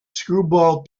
screwball